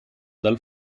dal